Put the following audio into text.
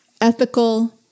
ethical